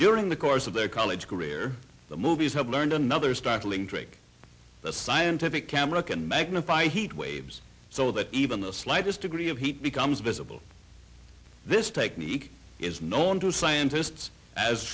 during the course of their college career the movies have learned another startling trick the scientific camera can magnify heat waves so that even the slightest degree of heat becomes visible this technique is known to scientists as